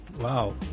Wow